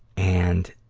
and,